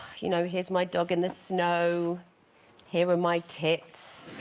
you know, here's my dog in the snow here are my tits